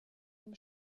dem